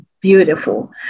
beautiful